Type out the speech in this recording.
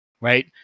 right